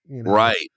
Right